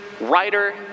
writer